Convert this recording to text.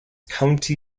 county